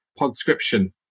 podscription